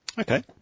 Okay